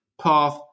path